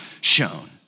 shown